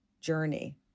journey